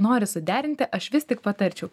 nori suderinti aš vis tik patarčiau